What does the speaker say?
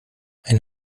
ein